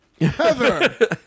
Heather